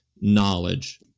knowledge